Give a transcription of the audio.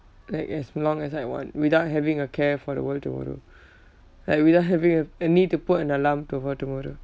like as long as I want without having a care for the world tomorrow like without having a a need to put an alarm to for tomorrow